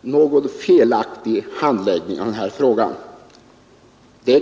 någon felaktig handläggning av denna fråga.